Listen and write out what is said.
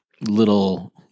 little